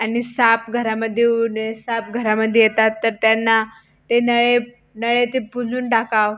आणि साप घरामध्ये येऊ नये साप घरामध्ये येतात तर त्यांना ते नळे नळे आहे ते बुजवून टाकावे